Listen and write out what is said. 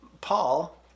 Paul